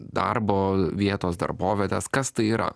darbo vietos darbovietės kas tai yra